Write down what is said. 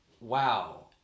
wow